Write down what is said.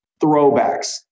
throwbacks